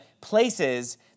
places